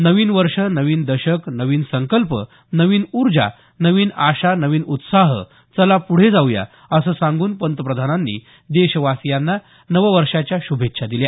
नवीन वर्ष नवीन दशक नवीन संकल्प नवीन ऊर्जा नवीन आशा नवीन उत्साह चला पुढे जाऊया असं सांगून पंतप्रधानांनी देशवाशियांना नववर्षाच्या श्भेच्छा दिल्या